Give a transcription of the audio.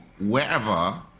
wherever